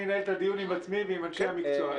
אני אנהל את הדיון עם עצמי ועם אנשי המקצוע.